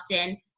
often